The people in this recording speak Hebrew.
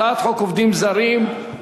גם אני בעד.